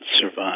survive